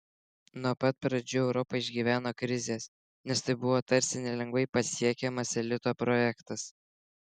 nuo pat pradžių europa išgyveno krizes nes tai buvo tarsi nelengvai pasiekiamas elito projektas